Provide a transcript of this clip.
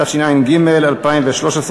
התשע"ג 2013,